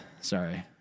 Sorry